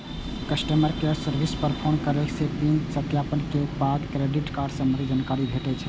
customer care service पर phone करै सं पिन सत्यापन के बाद क्रेडिट कार्ड संबंधी जानकारी भेटै छै